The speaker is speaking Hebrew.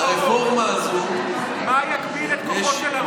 מה יגביל את כוחו של הרוב?